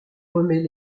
remet